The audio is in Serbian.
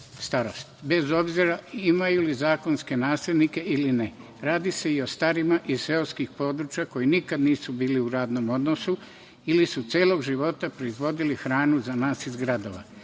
starost, bez obzira imaju li zakonske naslednike ili ne. Radi se i o starima iz seoskih područja koji nikada nisu bili u radnom odnosu ili su celog života proizvodili hranu za nas iz gradova.